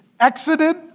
exited